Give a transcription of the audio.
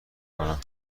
کنم